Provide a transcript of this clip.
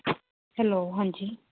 hello ਹਾਂਜੀ